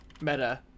meta